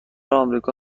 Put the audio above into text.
آمریکا